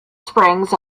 springs